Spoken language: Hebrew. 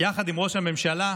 יחד עם ראש הממשלה,